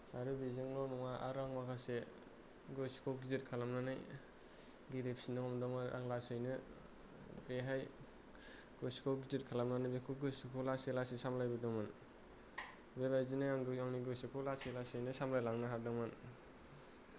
आरो बेजोंल' नङा आरो आं माखासे गोसोखौ गिदिर खालामनानै गेलेफिननो हमदोंमोन आं लासैनो बेहाय गोसोखौ गिदिर खालामनानै बेखौ गोसोखौ लासै लासै सामलायबोदोंमोन बेबादिनो आंनि गोसोखौ लासै लासैनो सामलायलांनो हादोंमोन